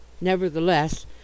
Nevertheless